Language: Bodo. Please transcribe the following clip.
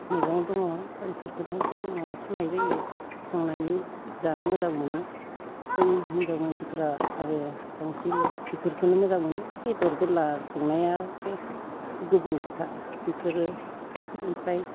मैगं दङ बेफोरखोनो जोङो माबा खालामनाय जायो सनानै जानो मोजां मोनो जों हिनजाव मानसिफोरा बांसिन बिफोरखोनो मोजां मोनो बेदर बेला संनायाथ' गुबुन खोथा इफोरो ओमफ्राय